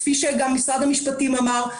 כפי שגם משרד המשפטים אמר,